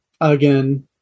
again